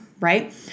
Right